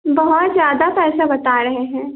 बहुत ज़्यादा पैसा बता रहे हैं